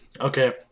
Okay